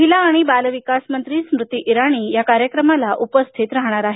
महिला आणि बाल विकास मंत्री स्मृती ईराणी या कार्यक्रमाला उपस्थित राहणार आहेत